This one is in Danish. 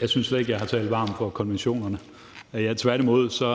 Jeg synes slet ikke, jeg har talt varmt for konventionerne. Tværtimod